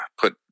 put